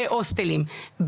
בהוסטלים,